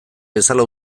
bezala